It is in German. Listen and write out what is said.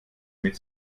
mit